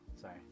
sorry